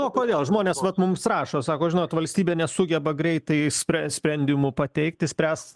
na kodėl žmonės vat mums rašo sako žinot valstybė nesugeba greitai išspręs sprendimų pateikti spręst